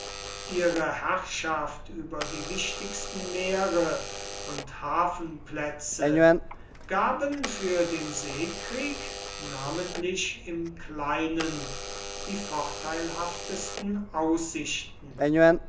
ihre herrschaft über die wichtigsten meere und hafenplätze gaben für den seekrieg namentlich im kleinen die vorteilhaftesten aussichten